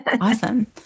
Awesome